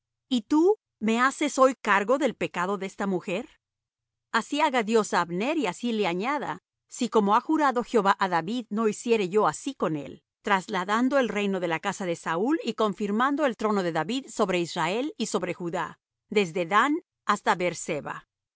y tú me haces hoy cargo del pecado de esta mujer así haga dios á abner y así le añada si como ha jurado jehová á david no hiciere yo así con él trasladando el reino de la casa de saúl y confirmando el trono de david sobre israel y sobre judá desde dan hasta